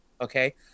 okay